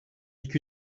iki